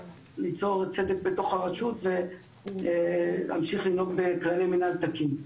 ליצור צדק בתוך הרשות ולהמשיך לנהוג בכללי מינהל תקין.